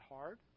hard